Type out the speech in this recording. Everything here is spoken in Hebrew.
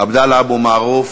עבדאללה אבו מערוף,